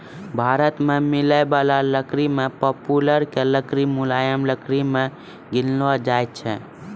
भारत मॅ मिलै वाला लकड़ी मॅ पॉपुलर के लकड़ी मुलायम लकड़ी मॅ गिनलो जाय छै